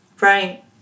Right